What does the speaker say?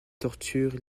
torture